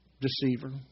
Deceiver